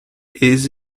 aes